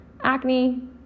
acne